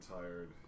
tired